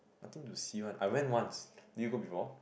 nothing to see one I went once did you go before